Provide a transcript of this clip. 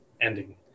ending